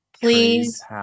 Please